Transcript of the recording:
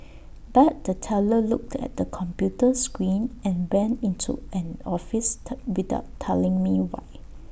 but the teller looked at the computer screen and went into an office without telling me why